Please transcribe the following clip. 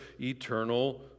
eternal